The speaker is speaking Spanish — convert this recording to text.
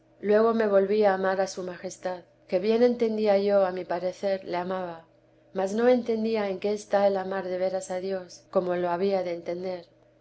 luego me volvía a amar a su majestad que bien entendía yo a mi parecer le amaba mas no entendía en qué está el amar de veras a dios como lo había de entender